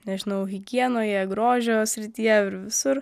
nežinau higienoje grožio srityje visur